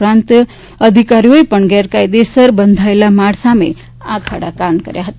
ઉપરાંત અધિકારીઓએ પણ ગેરકાયદેસર બંધાયેલા માળ સામે આંખ આડા કાન કર્યા હતા